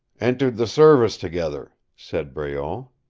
entered the service together, said breault.